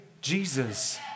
Jesus